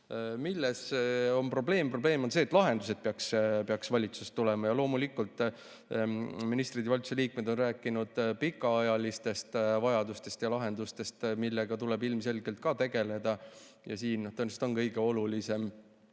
Milles on probleem? Probleem on selles, et lahendused peaks tulema valitsusest. Loomulikult, ministrid, valitsuse liikmed, on rääkinud pikaajalistest vajadustest ja lahendustest, millega tuleb ilmselgelt ka tegeleda. Siin on kõige olulisem